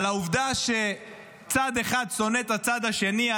על העובדה שצד אחד שונא את הצד השני,